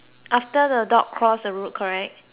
cross the road correct